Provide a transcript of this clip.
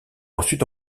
ensuite